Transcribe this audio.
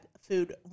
food